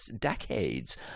decades